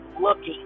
looking